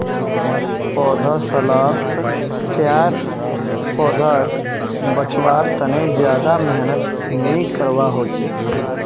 पौधसालात तैयार पौधाक बच्वार तने ज्यादा मेहनत नि करवा होचे